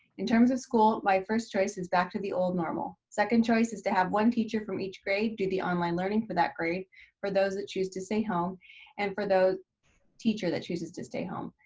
in terms of school, my first choice is back to the old normal. second choice is to have one teacher from each grade do the online learning for that grade for those that choose to stay home and for the teacher that chooses to stay home.